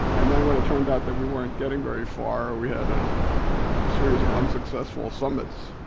and then when it turned out that we weren't getting very far we had a series of unsuccessful summits,